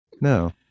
No